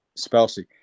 Spousey